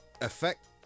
effect